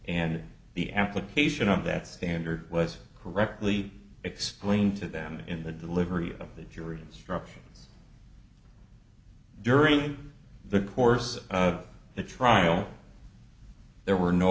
and the application of that standard was correctly explained to them in the delivery of the jury instructions during the course of the trial there were no